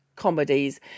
Comedies